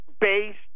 based